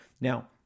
Now